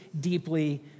deeply